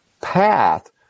path